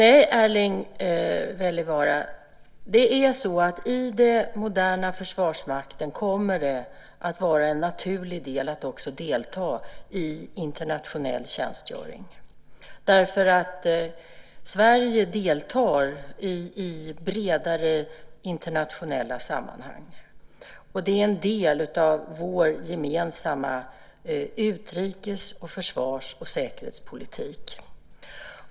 Fru talman! Nej, Erling Wälivaara, i den moderna Försvarsmakten kommer det att vara en naturlig del att också delta i internationell tjänstgöring därför att Sverige deltar i bredare internationella sammanhang. Detta är en del av vår gemensamma utrikes-, försvars och säkerhetspolitik.